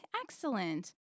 excellent